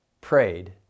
prayed